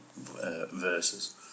verses